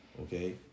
Okay